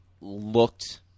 looked